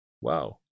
Wow